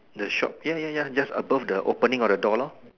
the shop ya ya ya just above the opening of the door lor